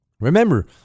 Remember